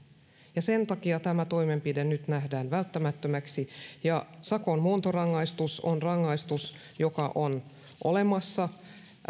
ja sen takia tämä toimenpide nyt nähdään välttämättömäksi sakon muuntorangaistus on rangaistus joka on olemassa